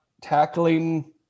tackling